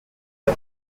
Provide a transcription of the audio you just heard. der